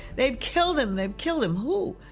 they've killed him, they've killed him! who?